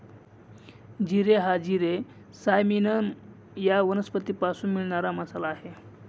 जिरे हा जिरे सायमिनम या वनस्पतीपासून मिळणारा मसाला आहे